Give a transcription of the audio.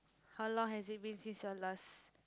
how long has it been since your last